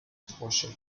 porsche